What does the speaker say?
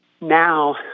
Now